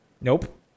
Nope